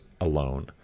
alone